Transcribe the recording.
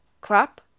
crap